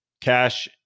cash